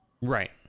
Right